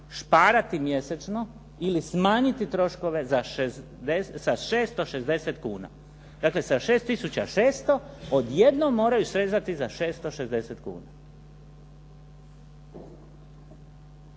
šparati mjesečno ili smanjiti troškove za 660 kuna. Dakle sa 6 tisuća 600 odjednom moraju srezati za 660 kuna.